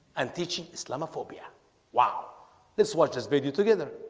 and teaching islamophobia wow this watch this video together